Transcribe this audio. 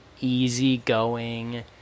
easygoing